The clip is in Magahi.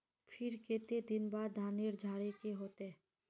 फिर केते दिन बाद धानेर झाड़े के होते?